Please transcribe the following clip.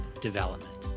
development